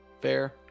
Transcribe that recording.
Fair